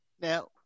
Now